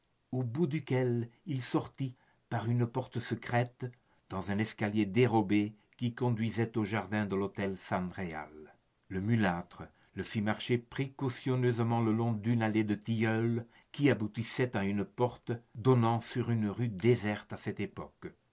au bout duquel il sortit par une porte secrète dans un escalier dérobé qui conduisait au jardin de l'hôtel san réal le mulâtre le fit marcher précautionneusement le long d'une allée de tilleuls qui aboutissait à une petite porte donnant sur une rue déserte à cette époque